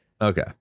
okay